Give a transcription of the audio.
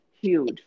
huge